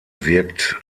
wirkt